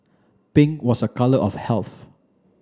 pink was a colour of health